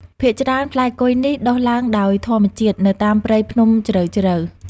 ភាគច្រើផ្លែគុយនេះដុះឡើងដោយធម្មជាតិ នៅតាមព្រៃភ្នំជ្រៅៗ។